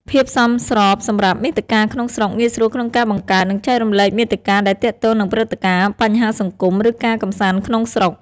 ភាពសមស្របសម្រាប់មាតិកាក្នុងស្រុក ងាយស្រួលក្នុងការបង្កើត និងចែករំលែកមាតិកាដែលទាក់ទងនឹងព្រឹត្តិការណ៍ បញ្ហាសង្គម ឬការកម្សាន្តក្នុងស្រុក។